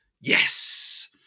Yes